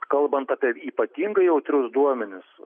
kalbant apie ypatingai jautrius duomenis